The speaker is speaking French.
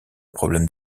problèmes